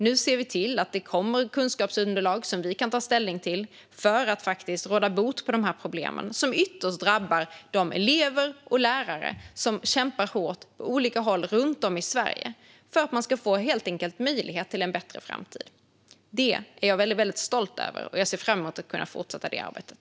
Nu ser vi till att det kommer ett kunskapsunderlag som vi kan ta ställning till för att faktiskt råda bot på problemen som ytterst drabbar de elever och lärare som kämpar hårt på olika håll runt om i Sverige för möjligheten till en bättre framtid. Det är jag väldigt stolt över, och jag ser fram emot att fortsätta det arbetet.